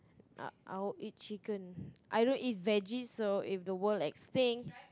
I I will eat chicken I don't eat vege so if the world extinct